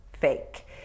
fake